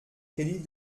crédits